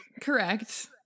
correct